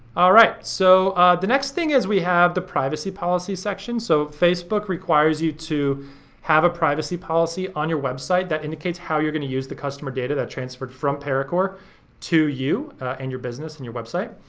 all right, so the next thing is we have the privacy policy section. so facebook requires you to have a privacy policy on your website that indicates how you're gonna use the customer data that transferred from paracore to you and your business and your website.